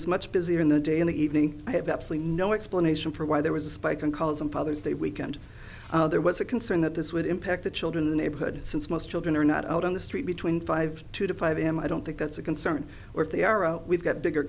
is much busier in the day in the evening i have absolutely no explanation for why there was a spike in calls and father's day weekend there was a concern that this would impact the children in the neighborhood since most children are not out on the street between five two to five am i don't think that's a concern or if they are oh we've got bigger